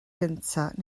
gyntaf